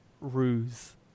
ruse